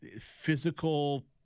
physical